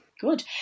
Good